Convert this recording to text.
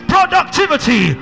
productivity